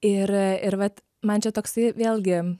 ir ir vat man čia toksai vėlgi